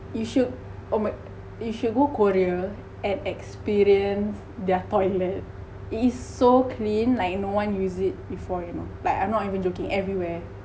you should oh my god you should go korea and experience their toilet it's so clean like no one use it before you know like I'm not even joking everywhere